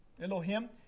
Elohim